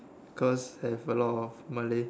cause have a lot of Malay